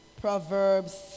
Proverbs